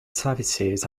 services